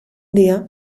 dia